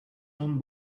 and